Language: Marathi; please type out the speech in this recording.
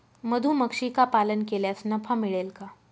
मधुमक्षिका पालन केल्यास नफा मिळेल का?